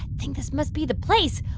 think this must be the place.